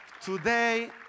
Today